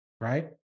Right